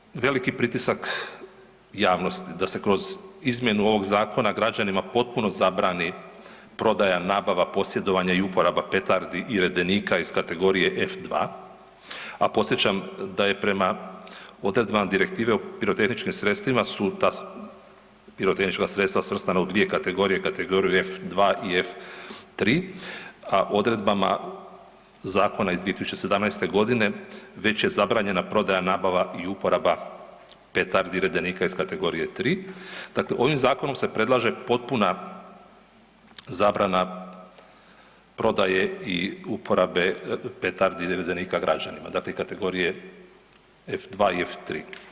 Obzirom na veliki pritisak javnosti da se kroz izmjenu ovog zakona građanima potpuno zabrani prodaja, nabava, posjedovanje i uporaba petardi i redenika iz kategorije F2, a podsjećam da je prema odredbama Direktive o pirotehničkim sredstvima su da pirotehnička sredstva svrstana u dvije kategorije, kategoriju F2 i F3, a odredbama zakona iz 2017. g. već je zabranjena prodaja, nabava i uporaba petardi i redenika iz kategorije 3. Dakle, ovim zakonom se predlaže potpuna zabrana prodaje i uporabe petardi i redenika građanima, dakle kategorije F-2 i F-3.